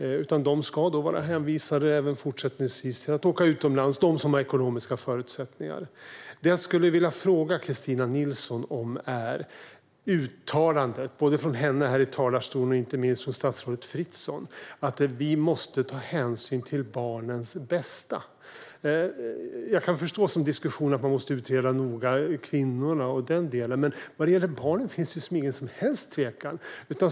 De ska även fortsättningsvis vara hänvisade till att åka utomlands, det vill säga de som har ekonomiska förutsättningar. Jag skulle vilja fråga om Kristina Nilssons uttalande här i talarstolen, och inte minst från statsrådet Fritzon, att vi måste ta hänsyn till barnens bästa. Jag kan förstå diskussionerna om att utreda kvinnorna noga, men vad gäller barnen råder inga som helst tvivel.